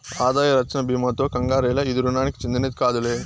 ఆదాయ రచ్చన బీమాతో కంగారేల, ఇది రుణానికి చెందినది కాదులే